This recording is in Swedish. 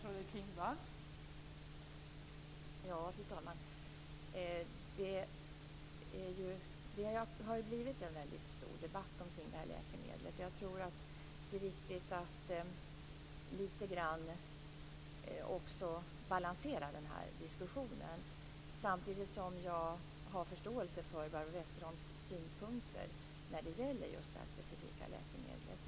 Fru talman! Det har blivit en stor debatt om det här läkemedlet. Det är viktigt att balansera diskussionen. Men jag har samtidigt förståelse för Barbro Westerholms synpunkter när det gäller just det här specifika läkemedlet.